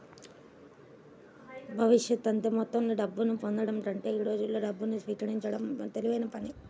భవిష్యత్తులో అంతే మొత్తంలో డబ్బును పొందడం కంటే ఈ రోజు డబ్బును స్వీకరించడం తెలివైన పని